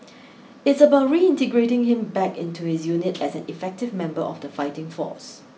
it's about reintegrating him back into his unit as an effective member of the fighting force